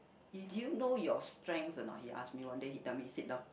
did you know your strength or not he ask me one day he tell me sit down